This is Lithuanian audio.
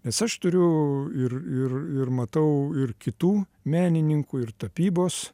nes aš turiu ir ir ir matau ir kitų menininkų ir tapybos